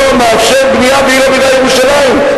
לא מאפשר בנייה בעיר הבירה ירושלים.